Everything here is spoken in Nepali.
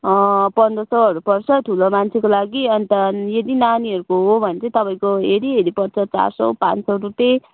पन्ध्र सौहरू पर्छ ठुलो मान्छेको लागि अन्त यदि नानीहरूको हो भने चाहिँ तपाईँको हेरि हेरि पर्छ चार सौ पाँच सौ रुपियाँ